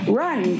run